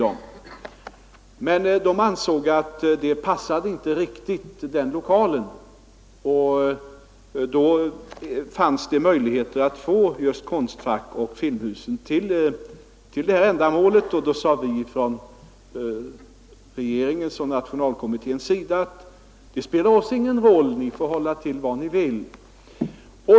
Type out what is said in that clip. Det passade dock inte riktigt, och då fanns det möjligheter att få just Konstfack och Filmhuset för ändamålet. Regeringen och Nationalkommittén sade då att det inte spelade någon roll och att de fick hålla till var de ville.